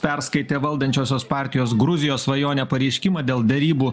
perskaitė valdančiosios partijos gruzijos svajonė pareiškimą dėl derybų